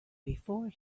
before